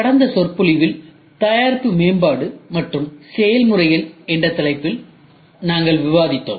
கடந்த சொற்பொழிவில் தயாரிப்பு மேம்பாடு மற்றும் செயல்முறைகள் என்ற தலைப்பில் நாங்கள் விவாதித்தோம்